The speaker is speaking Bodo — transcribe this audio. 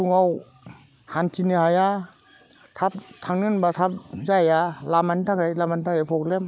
फुङाव हान्थिनो हाया थाब थांनो होनब्ला थाब जाया लामानि थाखाय लामानि थाखाय प्रब्लेम